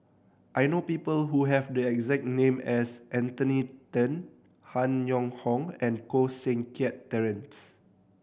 I know people who have the exact name as Anthony Then Han Yong Hong and Koh Seng Kiat Terence